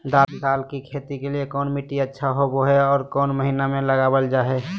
दाल की खेती के लिए कौन मिट्टी अच्छा होबो हाय और कौन महीना में लगाबल जा हाय?